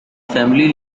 family